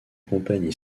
compagnie